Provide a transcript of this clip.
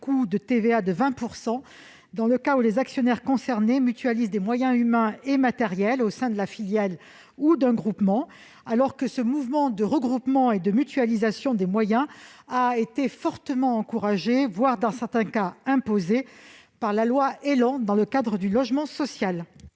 surcoût de TVA de 20 % dans le cas où les actionnaires concernés mutualisent des moyens humains et matériels au sein de la filiale ou d'un groupement, alors que ce mouvement de regroupement et de mutualisation des moyens a été fortement encouragé, voire imposé, par la loi du 23 novembre 2018 portant